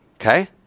Okay